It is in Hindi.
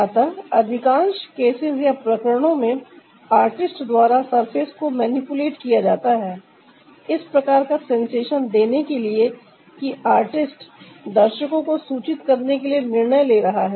अतः अधिकांश केसेस या प्रकरणों में आर्टिस्ट द्वारा सरफेस को मैनिपुलेट किया जाता है इस प्रकार का सेंसेशन देने के लिए कि आर्टिस्ट दर्शकों को सूचित करने के लिए निर्णय ले रहा है